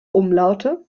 umlaute